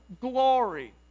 glory